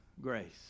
grace